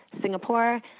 Singapore